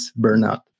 burnout